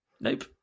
Nope